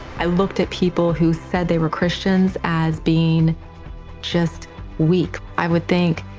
i looked at people who said they were christians as being just weak. i would think,